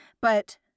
But-